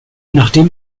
nachdem